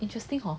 interesting hor